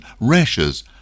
rashes